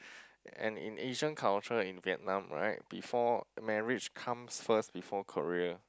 and in Asian culture in Vietnam right before marriage comes first before career